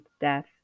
death